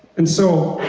and so,